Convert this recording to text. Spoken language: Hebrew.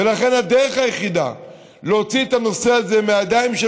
ולכן הדרך היחידה להוציא את הנושא הזה מהידיים של